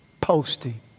posting